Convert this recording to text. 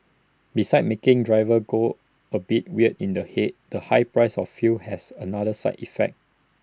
besides making drivers go A bit weird in the Head the high price of fuel has had another side effect